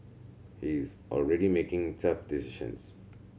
he is already making tough decisions